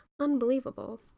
unbelievable